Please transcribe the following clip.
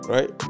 Right